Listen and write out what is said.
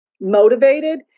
motivated